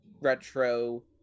retro